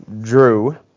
Drew